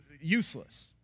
useless